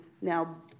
Now